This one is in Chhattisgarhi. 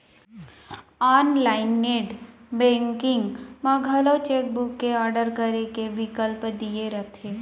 आनलाइन नेट बेंकिंग म घलौ चेक बुक के आडर करे के बिकल्प दिये रथे